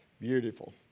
Beautiful